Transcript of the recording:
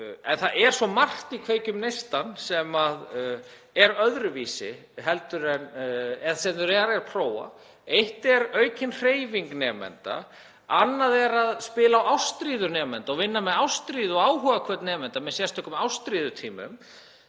það er svo margt í Kveikjum neistann sem er öðruvísi, sem er verið að prófa. Eitt er aukin hreyfing nemenda. Annað er að spila á ástríðu nemenda og vinna með ástríðu og áhugahvöt nemenda með sérstökum ástríðutímum.